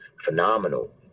phenomenal